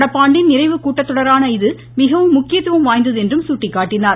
நடப்பாண்டின் நிறைவு கூட்டத்தொடரான இது மிகவும் முக்கியத்துவம் வாய்ந்தது என்றும் சுட்டிக்காட்டினார்